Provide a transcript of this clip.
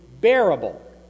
bearable